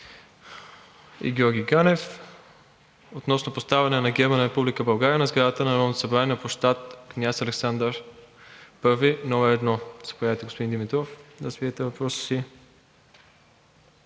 и Георги Ганев относно поставяне на герба на Република България на сградата на Народното събрание на площад „Княз Александър I“, № 1. Заповядайте, господин Димитров, да развиете въпроса си.